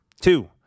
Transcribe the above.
Two